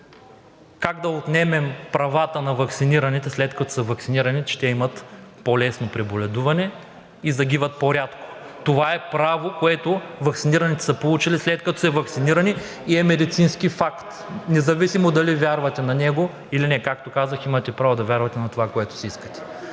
Как да отнемем правата на ваксинираните, след като са ваксинирани, че те имат по-лесно преболедуване и загиват по-рядко. Това е право, което ваксинираните са получили, след като са ваксинирани, и е медицински факт независимо дали вярвате на него или не, както казах, имате право да вярвате на това, което си искате.